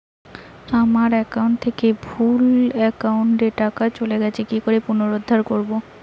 আমার একাউন্ট থেকে ভুল একাউন্টে টাকা চলে গেছে কি করে পুনরুদ্ধার করবো?